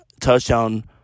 Touchdown